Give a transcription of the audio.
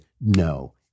no